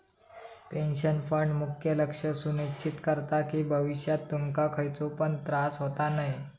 pension fund मुख्य लक्ष सुनिश्चित करता कि भविष्यात तुमका खयचो पण त्रास होता नये